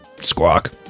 Squawk